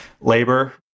labor